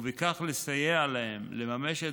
ובכך לסייע להם לממש את